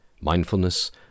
Mindfulness